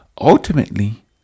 ultimately